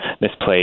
misplaced